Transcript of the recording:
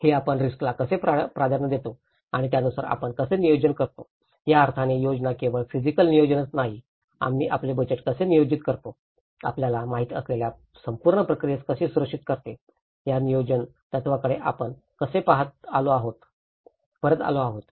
हे आपण रिस्क ला कसे प्राधान्य देतो आणि त्यानुसार आपण कसे नियोजन करतो या अर्थाने योजना केवळ फिसिकल नियोजनच नाही आम्ही आपले बजेट कसे नियोजित करतो आपल्याला माहित असलेल्या संपूर्ण प्रक्रियेस कसे सुरक्षीत करते या नियोजन तत्त्वांकडे आपण परत आलो आहोत